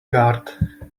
guard